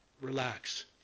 relax